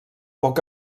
poc